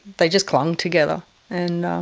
they just clung together and,